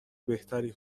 بهتری